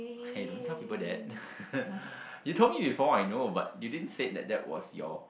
hey don't tell people that you told me before I know but you didn't said that that was your